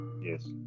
Yes